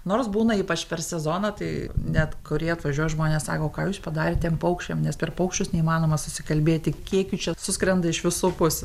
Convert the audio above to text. nors būna ypač per sezoną tai net kurie atvažiuoja žmonės sako ką jūs padarėt tiem paukščiam nes per paukščius neįmanoma susikalbėti kiek jų čia suskrenda iš visų pusių